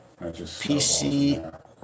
PC